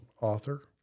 author